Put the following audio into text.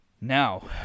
Now